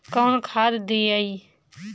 कौन खाद दियई?